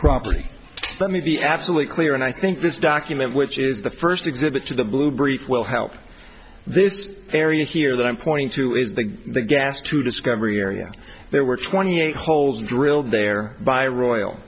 property let me be absolutely clear and i think this document which is the first exhibit to the blue brief will help this area here that i'm pointing to is the gas to discovery area there were twenty eight holes drilled there by royal